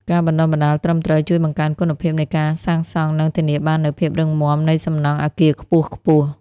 ការបណ្តុះបណ្តាលត្រឹមត្រូវជួយបង្កើនគុណភាពនៃការសាងសង់និងធានាបាននូវភាពរឹងមាំនៃសំណង់អគារខ្ពស់ៗ។